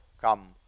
come